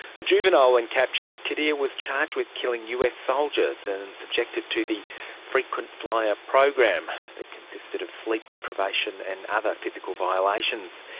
a juvenile when captured, khadr was charged with killing us soldiers and and subjected to the frequent flyer program that consisted of sleep deprivation and other physical violations.